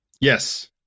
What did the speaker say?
Yes